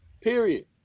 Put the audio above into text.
period